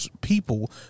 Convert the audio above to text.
people